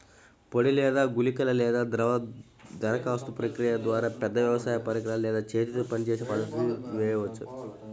పొడి లేదా గుళికల లేదా ద్రవ దరఖాస్తు ప్రక్రియల ద్వారా, పెద్ద వ్యవసాయ పరికరాలు లేదా చేతితో పనిచేసే పద్ధతులను చేయవచ్చా?